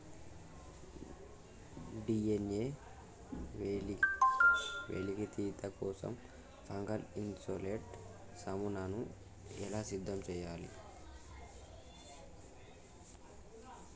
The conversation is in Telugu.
డి.ఎన్.ఎ వెలికితీత కోసం ఫంగల్ ఇసోలేట్ నమూనాను ఎలా సిద్ధం చెయ్యాలి?